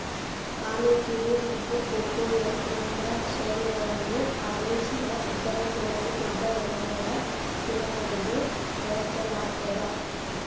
ಆನೆಕಿವಿ ಮತ್ತು ಕೊಕೊಯಮ್ ಎಂಬ ಹೆಸರುಗಳನ್ನು ಅರೇಸಿಯ ಇತರ ಕೆಲವು ದೊಡ್ಡಎಲೆಗಳ ಕುಲಗಳಿಗೆ ಬಳಸಲಾಗ್ತದ